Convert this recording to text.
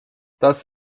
das